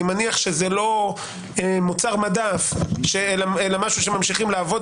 אני מניח שזה לא מוצר מדף אלא משהו שממשיכים לעבוד